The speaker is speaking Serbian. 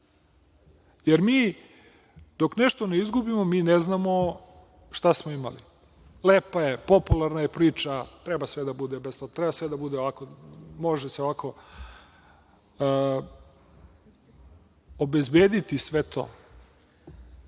jer dok nešto ne izgubimo mi ne znamo šta smo imali. Lepa je, popularna je priča da treba sve da bude besplatno, treba sve da bude ovako, može se ovako. Ali, obezbediti sve to,